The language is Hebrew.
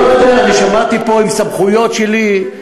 אני לא יודע, אני שמעתי פה, עם סמכויות שלי.